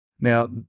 Now